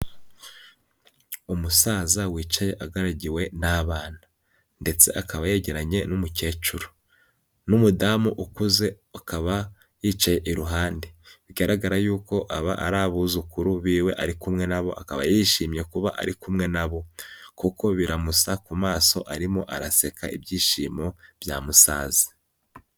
Umusaza wicaye agaragiwe n'abana, ndetse akaba yegeranye n'umukecuru, n'umudamu ukuze akaba yicaye iruhande, bigaragara y'uko aba ari abuzukuru biwe ari kumwe na bo, akaba yishimye kuba ari kumwe na bo, kuko biramusa ku maso arimo araseka ibyishimo byamusaze.